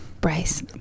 Bryce